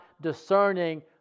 discerning